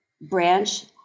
branch